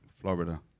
Florida